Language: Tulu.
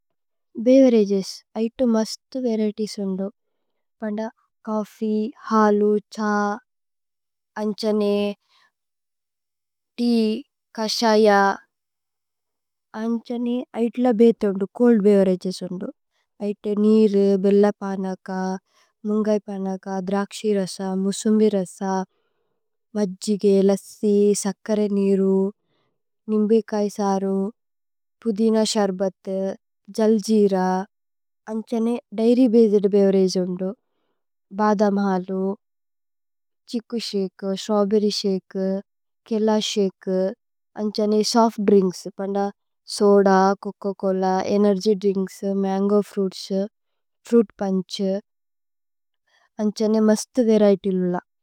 ഭേവേരഗേസ് ഐഥു മസ്തു വരിഏതിഏസ് ഉന്ദു പന്ദ। ചോഫ്ഫീ, ഹലു, ഛ, അന്ഛനേ, തേഅ, കശയ। അന്ഛനേ, ഐഥുല ബേഥേ ഉന്ദു, ചോല്ദ് ബേവേരഗേസ്। ഉന്ദു ഐഥു നീരു, ബില്ല പനക, മുന്ഗൈ പനക। ദ്രാക്ശി രസ, മുസുമ്ബി രസ, മജ്ജിഗേ, ലസ്സി। സക്കര നീരു, നിമ്ബി കൈസരു, പുദിന ശര്ബത്। ജല് ജീര, അന്ഛനേ, ദൈര്യ് ബസേദ് ബേവേരഗേസ് ഉന്ദു। ഭദമ് ഹലു, ഛിക്കു ശകേ, സ്ത്രവ്ബേര്ര്യ് ശകേ। കേല ശകേ, അന്ഛനേ, സോഫ്ത് ദ്രിന്ക്സ്, പന്ദ, soda. Coca Cola energy drinks mango fruits fruit. Punch അന്ഛനേ മസ്തു വരിഏതിഏസ് ഉന്ദു।